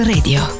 Radio